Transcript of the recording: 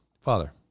Father